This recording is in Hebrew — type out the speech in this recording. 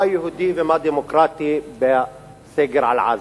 מה יהודי ומה דמוקרטי בסגר בעזה?